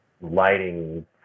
lighting